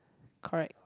correct